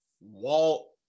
Walt